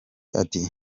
ati